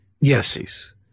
Yes